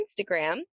Instagram